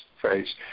phrase